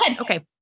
Okay